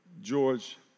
George